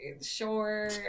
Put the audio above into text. sure